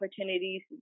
opportunities